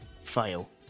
fail